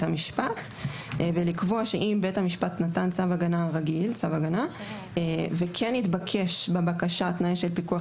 המשפט ולקבוע שאם בית המשפט נתן צו הגנה רגיל וכן נתבקש בבקשה תנאי של פיקוח